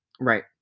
right